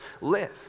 live